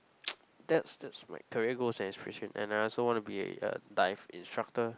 that's that's my career goals and aspirations and I also wanna be a dive instructor